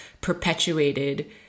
perpetuated